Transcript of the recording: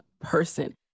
person